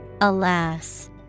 Alas